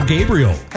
Gabriel